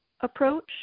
approach